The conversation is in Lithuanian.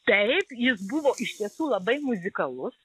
taip jis buvo iš tiesų labai muzikalus